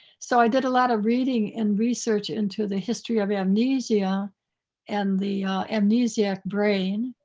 so i did a lot of reading and research into the history of amnesia and the amnesiac brain.